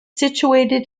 situated